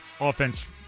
offense